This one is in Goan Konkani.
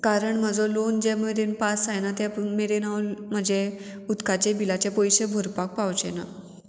कारण म्हजो लोन जे मेरेन पास जायना ते मेरेन हांव म्हजे उदकाचे बिलाचे पयशे भरपाक पावचें ना